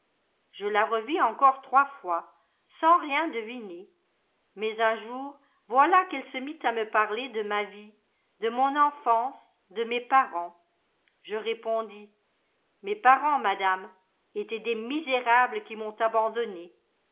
je la revis encore trois fois sans rien deviner mais un jour voilà qu'elle se mit à me parler de ma vie de mon enfance de mes parents je répondis mes parents madame étaient des misérables qui m'ont abandonné